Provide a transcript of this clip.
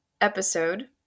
episode